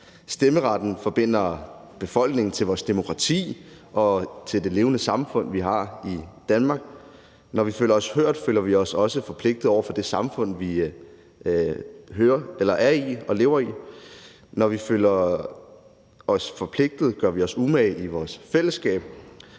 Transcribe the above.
Stemmeretten forbinder befolkningen til vores demokrati og til det levende samfund, vi har i Danmark. Når vi føler os hørt, føler vi os også forpligtet over for det samfund, vi er i og lever i, og når vi føler os forpligtet, gør vi os umage i vores fællesskab.